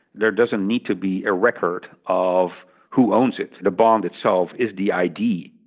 there doesn't need to be a record of who owns it. the bond itself is the id.